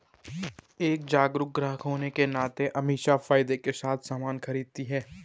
एक जागरूक ग्राहक होने के नाते अमीषा फायदे के साथ सामान खरीदती है